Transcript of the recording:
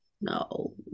no